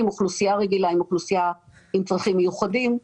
אוכלוסייה רגילה עם אוכלוסייה עם צרכים מיוחדים.